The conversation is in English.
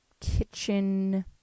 kitchen